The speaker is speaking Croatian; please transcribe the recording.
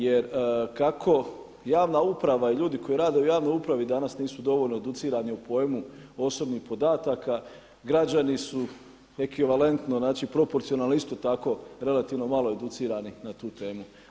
Jer kako javna uprava i ljudi koji rade u javnoj upravi danas nisu dovoljno educirani u pojmu osobnih podataka građani su ekvivalentno, znači proporcionalno isto tako relativno malo educirani na tu temu.